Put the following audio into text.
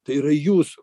tai yra jūsų